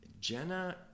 Jenna